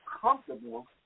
comfortable